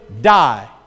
die